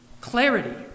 clarity